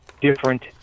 different